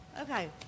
Okay